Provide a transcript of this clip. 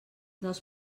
dels